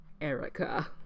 Erica